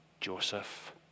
Joseph